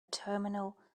terminal